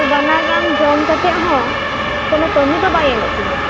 ᱛᱚ ᱵᱟᱱᱟᱨ ᱨᱟᱱ ᱡᱚᱱ ᱠᱟᱛᱮ ᱦᱚᱸ ᱠᱳᱱᱳ ᱠᱟᱹᱢᱤ ᱫᱚ ᱵᱟᱭ ᱮᱢᱮᱜ ᱛᱤᱧᱟᱹ